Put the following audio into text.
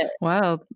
Wow